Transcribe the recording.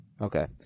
Okay